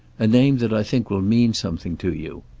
a name that i think will mean something to you.